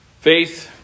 Faith